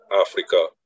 Africa